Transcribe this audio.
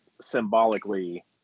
symbolically